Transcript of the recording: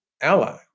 ally